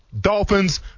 Dolphins